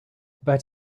but